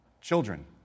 Children